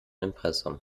impressum